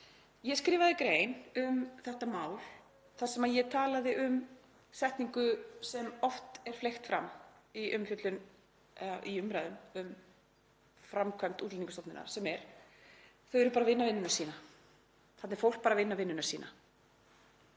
Ég skrifaði grein um þetta mál þar sem ég talaði um setningu, sem oft er fleygt fram í umræðum um framkvæmd Útlendingastofnunar, sem er: Þau eru bara að vinna vinnuna sína. Þarna er fólk bara að vinna vinnuna sína.